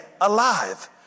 alive